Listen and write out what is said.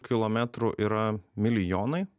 kilometrų yra milijonai